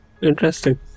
Interesting